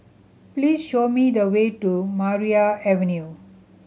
please show me the way to Maria Avenue